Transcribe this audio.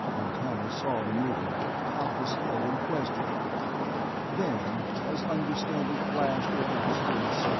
montano saw the movement, cocked his head in question then, as understanding flashed over his face,